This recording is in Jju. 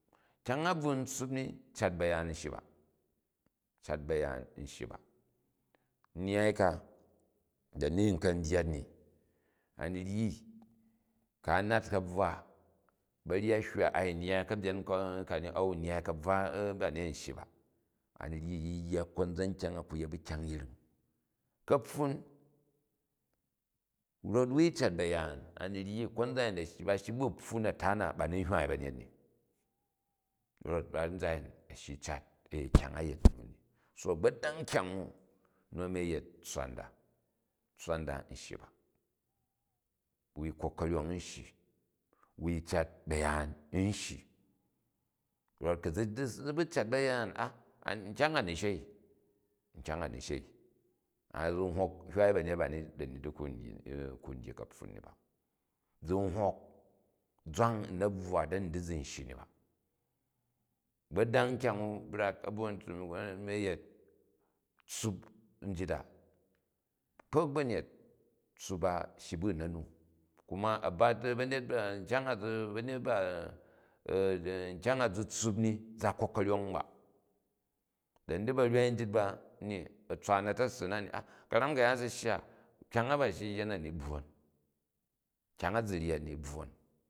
Kyang a bvii n tssup ni at ba̱yaan n shyi ba, cat ba̱yaan n shyi ba nnyyani ka da ni nka n dyat ni a ni ryi, ku̱ a nat ka̱bvwa banyet hywa n nyyai u ka̱byen kani, au n nyyai ka̱bvwa kani, an shyi ba. A ni ryi yi yya konzan kyana, a ku yet bu kyang yring. Ka̱ofun rot wui cat ba̱yaan a̱ni ryi kizan a̱yin ba shyi bu upfwu na̱ta wa ba ni n hwaai ba̱nyet ni rot konzan a̱yin a̱shyi u cat kyang a yet nna ni. So a̱gbodang kyang u nu a̱ni a̱ yet tsswa nda, tsswa nda n shyi ba, nui kok ka̱ryang n shyi, wui cat bayaan n shyi. Rot ku̱ zi si bu cat ba̱yaan a̱ nkya̱ng a ni shei, nkyang a ni shei an hok hwaai ba̱nyet bani ku u dyi ka̱pfun ba. Zi n hok zarang n na̱bvwa da̱ni chi zi n shyi ni ba. A̱gbodang kyang u brak a̱ bvo n shyi ni nu guni a̱ yet tssup njit a, a̱kpok ba̱njet tssup a shyi bu u nanu, kuma a̱bat ba̱nyet, nkyang a zi tssup ni za kok ka̱nyong ba, dani di ba̱vwoi njit ba ni a tswa nalassi na ni a̱ karom ka̱yaan a si shya kyang a ba shyi u yya na ni bvwon kyang a zi ryal ni bvwon.